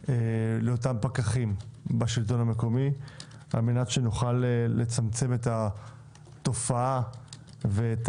לאותם פקחים בשלטון המקומי על מנת שנוכל לצמצם את התופעה ואת